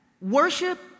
worship